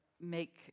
make